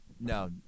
no